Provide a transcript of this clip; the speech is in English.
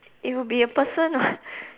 it will be a person [what]